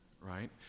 right